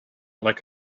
like